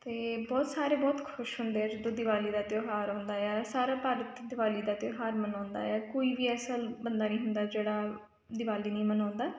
ਅਤੇ ਬਹੁਤ ਸਾਰੇ ਬਹੁਤ ਖੁਸ਼ ਹੁੰਦੇ ਆ ਜਦੋਂ ਦਿਵਾਲੀ ਦਾ ਤਿਉਹਾਰ ਆਉਂਦਾ ਆ ਸਾਰਾ ਭਾਰਤ ਦਿਵਾਲੀ ਦਾ ਤਿਉਹਾਰ ਮਨਾਉਂਦਾ ਆ ਕੋਈ ਵੀ ਐਸਾ ਬੰਦਾ ਨਹੀਂ ਹੁੰਦਾ ਜਿਹੜਾ ਦਿਵਾਲੀ ਨਹੀਂ ਮਨਾਉਂਦਾ